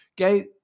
Okay